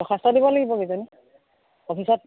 দৰ্খাস্ত দিব লাগিব কিজানি অফিচত